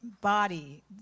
body